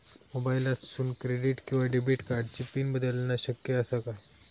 मोबाईलातसून क्रेडिट किवा डेबिट कार्डची पिन बदलना शक्य आसा काय?